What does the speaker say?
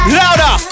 louder